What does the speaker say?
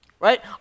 Right